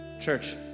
Church